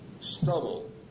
stubble